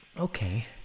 Okay